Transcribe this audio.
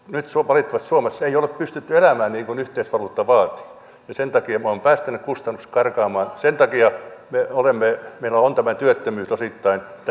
nyt valitettavasti suomessa ei ole pystytty elämään niin kuin yhteisvaluutta vaatii ja sen takia me olemme päästäneet kustannukset karkaamaan ja osittain sen takia meillä on tämä työttömyys tässä globaalissa rakennemuutoksessa